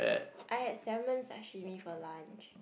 I had salmon sashimi for lunch